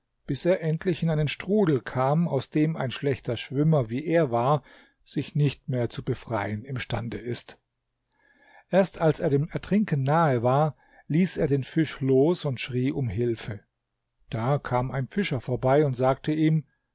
bis er endlich in einen strudel kam aus dem ein schlechter schwimmer wie er war sich nicht mehr zu befreien imstande ist erst als er dem ertrinken nahe war ließ er den fisch los und schrie um hilfe da kam ein fischer vorbei und sagte ihm